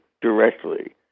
directly